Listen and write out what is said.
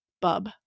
bub